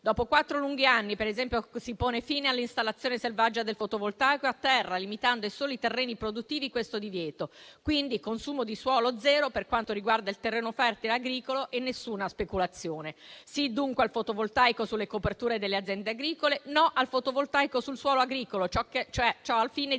Dopo quattro lunghi anni, per esempio, si pone fine all'installazione selvaggia del fotovoltaico a terra, limitando ai soli terreni produttivi questo divieto; quindi, consumo di suolo zero per quanto riguarda il terreno fertile agricolo e nessuna speculazione. Sì, dunque, al fotovoltaico sulle coperture delle aziende agricole; no al fotovoltaico sul suolo agricolo, ciò al fine di